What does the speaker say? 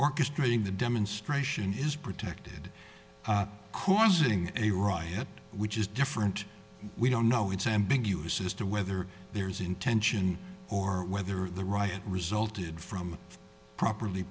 orchestrating the demonstration is protected causing a riot which is different we don't know it's ambiguous as to whether there's intention or whether the riot resulted from a properly